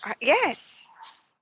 Yes